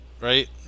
right